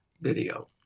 video